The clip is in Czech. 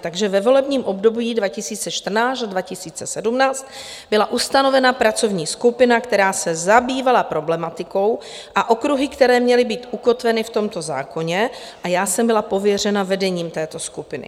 Takže ve volebním období 2014 až 2017 byla ustanovena pracovní skupina, která se zabývala problematikou a okruhy, které měly být ukotveny v tomto zákoně, a já jsem byla pověřena vedením této skupiny.